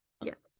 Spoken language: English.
yes